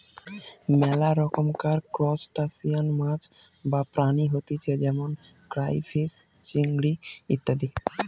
মেলা রকমকার ত্রুসটাসিয়ান মাছ বা প্রাণী হতিছে যেমন ক্রাইফিষ, চিংড়ি ইত্যাদি